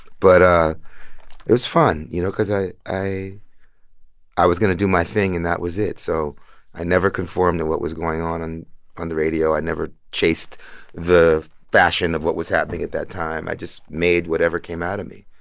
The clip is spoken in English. but ah it was fun, you know, because i i was going to do my thing and that was it. so i never conformed to what was going on on on the radio. i never chased the fashion of what was happening at that time. i just made whatever came out of me.